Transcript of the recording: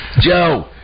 Joe